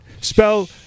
spell